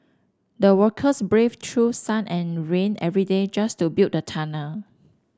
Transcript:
the workers braved through sun and rain every day just to build the tunnel